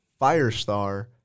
Firestar